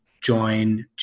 join